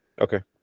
Okay